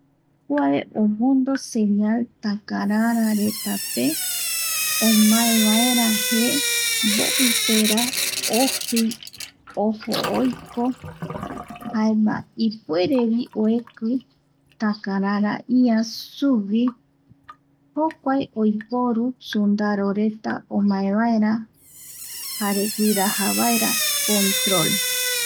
Kuae omondo señal takarararetape omaevaera je mbovipera ojii, ojo oiko jaema ipuerevi oeki takarara ia sugui. Jokua oiporusundaroreta omae vaera jare guiraja vaera señal.